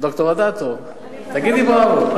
ד"ר אדטו, תגידי בראבו.